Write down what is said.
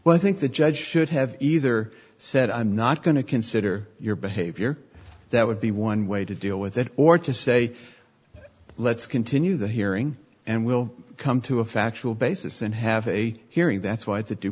well i think the judge should have either said i'm not going to consider your behavior that would be one way to deal with it or to say let's continue the hearing and we'll come to a factual basis and have a hearing that's why i